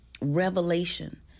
revelation